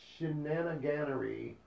shenaniganery